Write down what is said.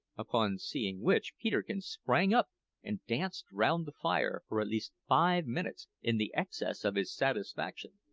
upon seeing which peterkin sprang up and danced round the fire for at least five minutes in the excess of his satisfaction.